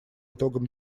итогам